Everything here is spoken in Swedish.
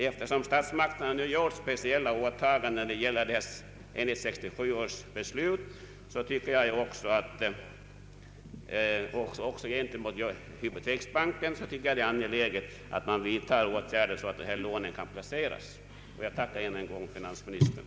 Eftersom statsmakterna enligt 1967 års beslut gjort speciella åtaganden också gentemot hypoteksbanken, tycker jag det är angeläget att man vidtar åtgärder så att de här lånen kan placeras. Jag tackar finansministern än en gång för svaret på min fråga.